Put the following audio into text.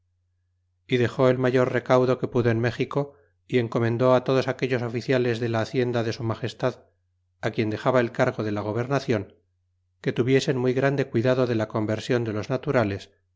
y dexó el mayor recaudo que pudo en méxico y encomendé todos aquellos oficiales de la hacienda de su magestad quien dexaba el cargo de la gobernacion que tuviesen muy grande cuidado de la conversion de los naturales